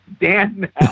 Dan